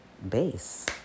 base